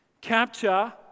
capture